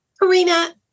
Karina